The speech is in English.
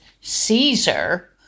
Caesar